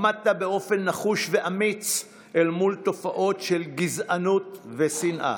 עמדת באופן נחוש ואמיץ אל מול תופעות של גזענות ושנאה.